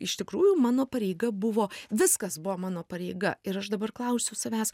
iš tikrųjų mano pareiga buvo viskas buvo mano pareiga ir aš dabar klausiu savęs